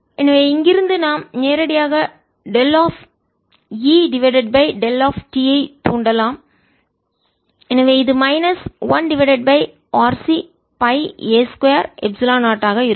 எனவே இங்கிருந்து நாம் நேரடியாக del of E divided by del of t ஐ தூண்டலாம் எனவே இது minus 1 divided by RC by a 2 epsilon 0 ஆக இருக்கும்